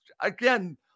again